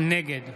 נגד